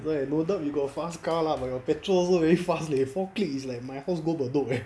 like no doubt you got fast car lah but your petrol also very fast leh four clicks is like my house go bedok eh